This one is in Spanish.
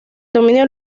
dominio